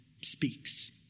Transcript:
speaks